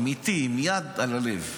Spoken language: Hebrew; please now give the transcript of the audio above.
אמיתי עם יד על הלב,